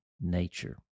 nature